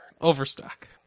Overstock